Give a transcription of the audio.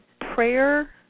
prayer